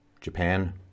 Japan